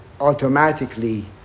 automatically